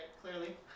clearly